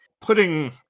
putting